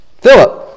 Philip